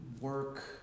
work